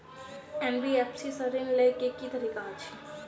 NBFC सँ ऋण लय केँ की तरीका अछि?